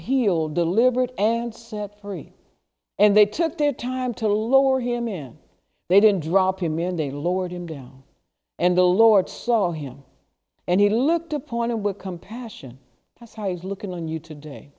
healed delivered and set free and they took their time to lower him in they didn't drop him in they lowered him down and the lord saw him and he looked upon a with compassion as high as look in on you today